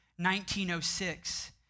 1906